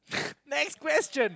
next question